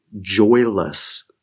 joyless